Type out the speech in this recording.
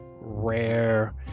rare